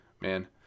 Man